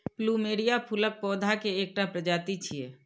plumeria फूलक पौधा के एकटा प्रजाति छियै